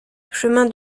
chemin